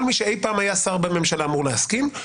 שכל מי שאי פעם היה שר בממשלה אמור להסכים לו.